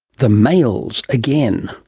the males again.